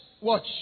Watch